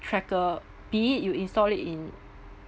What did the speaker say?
tracker be it you install it in